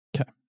Okay